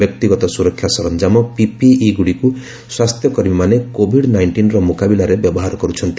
ବ୍ୟକ୍ତିଗତ ସୁରକ୍ଷା ସରଞ୍ଜାମ ପିପିଇ ଗୁଡ଼ିକୁ ସ୍ୱାସ୍ଥ୍ୟକର୍ମୀମାନେ କୋଭିଡ ନାଇଷ୍ଟିନ୍ର ମୁକାବିଲାରେ ବ୍ୟବହାର କରୁଛନ୍ତି